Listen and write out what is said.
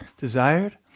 desired